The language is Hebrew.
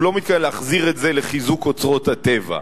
הוא לא מתכוון להחזיר את זה לחיזוק אוצרות הטבע.